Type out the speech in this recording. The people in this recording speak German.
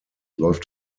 läuft